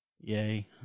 Yay